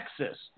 Texas